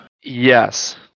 Yes